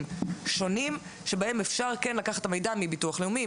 שונים שבהם אפשר כן לקחת את המידע מביטוח לאומי,